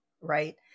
right